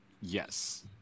Yes